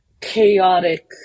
chaotic